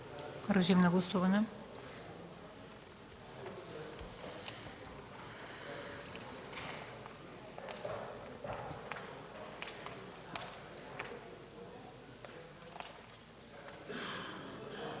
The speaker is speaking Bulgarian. Режим на гласуване.